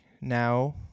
now